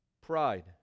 Pride